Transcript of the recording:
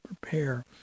prepare